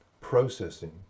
processing